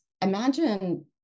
imagine